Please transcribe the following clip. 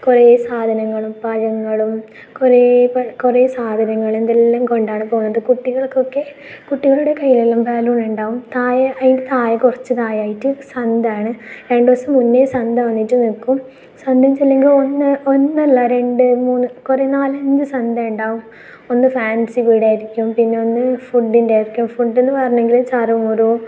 കുറെ സാധനങ്ങളും പഴങ്ങളും കുറേ കുറേ സാധനങ്ങളും എന്തെല്ലാം കൊണ്ടാണ് പോകുന്നത് കുട്ടികൾക്കൊക്കെ കുട്ടികളുടെ കയ്യിൽ എല്ലാം ബലൂൺ ഉണ്ടാകും താഴെ അതിൻ്റെ താഴെ കുറച്ച് താഴെയായിട്ട് സന്തയാണ് രണ്ടു ദിവസം മുന്നേ സന്ത വന്നിട്ട് നിൽക്കും സന്തയെന്ന് വെച്ചിട്ടുണ്ടെങ്കിൽ ഒന്നല്ല രണ്ട് മൂന്ന് കുറേ നാലഞ്ചു സന്തയുണ്ടാകും ഒന്ന് ഫാൻസി പീടികയായിരിക്കും പിന്നെ ഒന്ന് ഫുഡിൻ്റെ ആയിരിക്കും ഫുഡെന്ന് പറഞ്ഞെങ്കിൽ ചറുമുറു